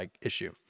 issue